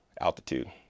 altitude